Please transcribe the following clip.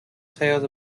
tales